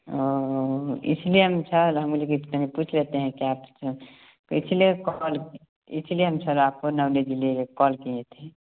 और इसलिए हम सर हम बोले कि तनिक पूछ लेते हैं क्या कुछ है तो इसलिए कॉल इसलिए हम सर आपको नॉलेज लेने कॉल किए थे